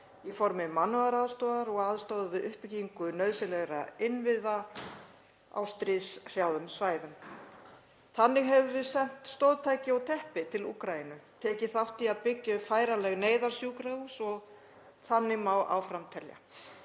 í formi mannúðaraðstoðar og aðstoðar við uppbyggingu nauðsynlegra innviða á stríðshrjáðum svæðum. Þannig höfum við sent stoðtæki og teppi til Úkraínu, tekið þátt í að byggja upp færanleg neyðarsjúkrahús og þannig má áfram telja.